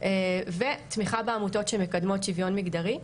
ותמיכה בעמותות שמקדמות שוויון מגדרי,